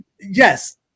yes